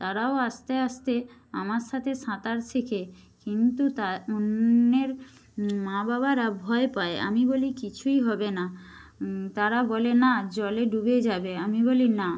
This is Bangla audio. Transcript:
তারাও আস্তে আস্তে আমার সাথে সাঁতার শিখে কিন্তু তা অন্যের মা বাবারা ভয় পায় আমি বলি কিছুই হবে না তারা বলে না জলে ডুবে যাবে আমি বলি না